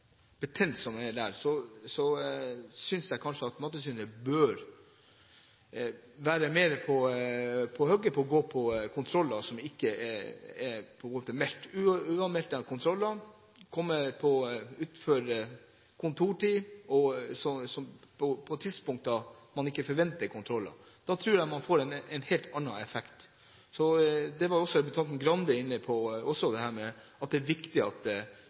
at Mattilsynet ikke er mer på hugget og går på kontroller som ikke er meldt. Det synes jeg de bør. Med uanmeldte kontroller, ved å komme utenom kontortid, på tidspunkt når man ikke forventer kontroller, tror jeg man får en helt annen effekt. Også representanten Skei Grande var inne på at det er viktig at tilsynet kommer uanmeldt, og det